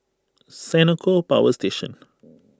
Senoko Power Station